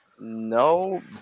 no